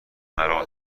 مرا